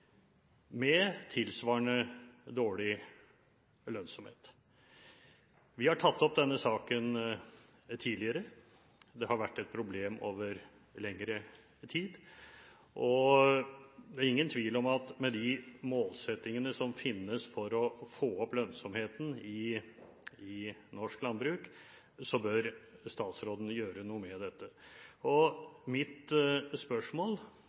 med tilsvarende dårlig lønnsomhet. Vi har tatt opp denne saken tidligere. Det har vært et problem over lengre tid. Det er ingen tvil om at med de målsettingene som finnes for å få opp lønnsomheten i norsk landbruk, bør statsråden gjøre noe med dette. Mitt spørsmål